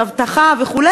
אבטחה וכו',